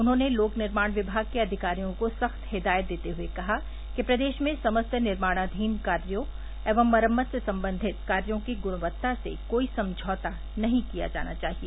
उन्होंने लोक निर्माण विमाग के अधिकारियों को सख्त हिदायत देते हए कहा कि प्रदेश में समस्त निर्माणाघीन कार्यो एवं मरम्मत से संबघित कार्यो की गुणवत्ता से कोई समझौता नहीं किया जाना चाहिए